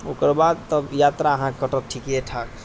ओकर बाद तऽ यात्रा अहाँके कटत ठीके ठाक